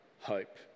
hope